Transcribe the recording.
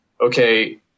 okay